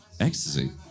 Ecstasy